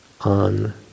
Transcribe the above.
on